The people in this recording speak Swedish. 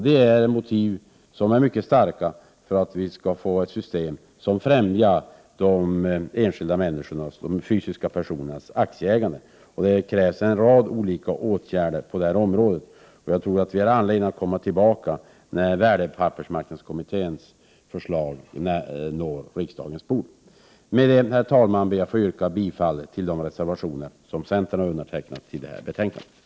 Det är starka motiv för att vi skall kunna få ett system som främjar de fysiska personernas aktieägande. Det krävs en rad olika åtgärder på detta område. Jag tror att vi har anledning att komma tillbaka när värdepappersmarknadskommitténs förslag når riksdagens bord. Herr talman! Med det anförda ber jag att få yrka bifall till de reservationer i detta betänkande som centern har undertecknat.